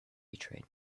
betrayed